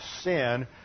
sin